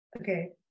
Okay